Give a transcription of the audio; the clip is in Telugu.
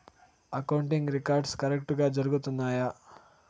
అకౌంటింగ్ రికార్డ్స్ కరెక్టుగా జరుగుతున్నాయా